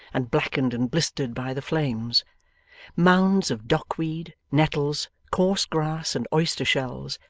and blackened and blistered by the flames mounds of dock-weed, nettles, coarse grass and oyster-shells,